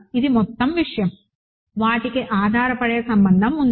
అది మొత్తం విషయం వాటికి ఆధారపడే సంబంధం ఉంది